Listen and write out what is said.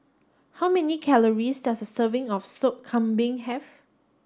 how many calories does a serving of Sop Kambing have